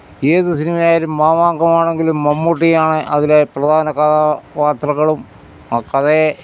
ഏതു സിനിമയിലും മാമാങ്കം ആണെങ്കിലും മമ്മൂട്ടിയാണ് അതിലെ പ്രധാന കഥാപാത്രങ്ങളും ആ കഥയേ